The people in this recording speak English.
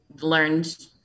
learned